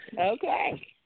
okay